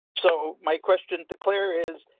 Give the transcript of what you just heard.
so, my question declare is.